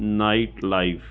night life